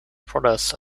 brothers